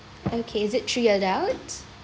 okay is it three adults